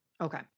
Okay